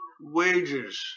wages